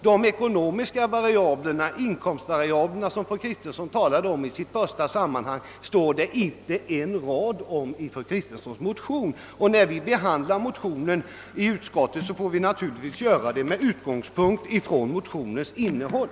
De inkomstvariabler som fru Kristensson talade om i sitt första anförande nämns inte med en rad i motionen, och när vi behandlar motionen i utskottet måste vi naturligtvis göra det med utgångspunkt i motionens innehåll.